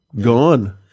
gone